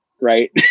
right